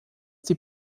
die